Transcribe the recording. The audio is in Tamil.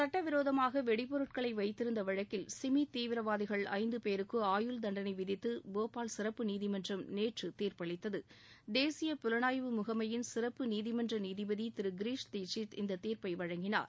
சுட்டவிரோதமாக வெடிபொருட்களை வைத்திருந்த வழக்கில் சிமி தீவிரவாதிகள் ஐந்து பேருக்கு ஆயுள் தண்டனை விதித்து போபால் சிறப்பு நீதிமன்றம் நேற்று தீர்ப்பளித்தது தேசிய புலனாய்வு முகமையின் சிறப்பு நீதிமன்ற நீதிபதி திரு கிரிஷ் தீட்சித் இந்த தீர்ப்பை வழங்கினார்